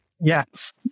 Yes